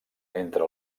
entre